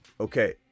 Okay